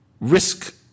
risk